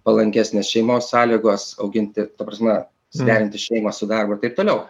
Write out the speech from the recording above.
palankesnės šeimos sąlygos auginti ta prasme suderinti šeimą su darbu ir taip toliau